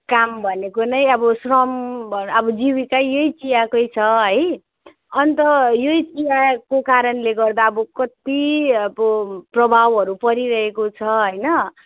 काम भनेको नै अब श्रम अब यहीँ चियाकै छ है अन्त यही चियाको कारणले गर्दा अब कत्ति अब प्रभावहरू परिरहेको छ होइन